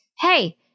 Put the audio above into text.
hey